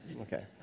okay